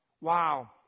Wow